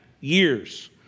years